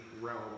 realm